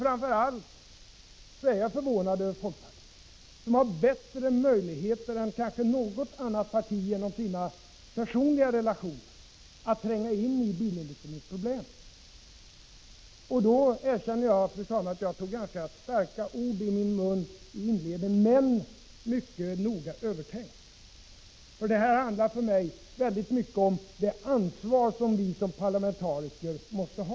Framför allt är jag förvånad över folkpartiet, som genom sina personliga relationer har bättre möjligheter än kanske något annat parti att tränga in i bilindustrins problem. Jag erkänner, fru talman, att jag tog ganska starka ord i min mun i mitt inledningsanförande, men de var mycket noga övertänkta. Detta handlar för mig väldigt mycket om det ansvar som vi som parlamentariker måste ha.